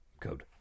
code